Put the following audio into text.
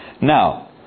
Now